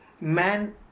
Man